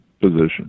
position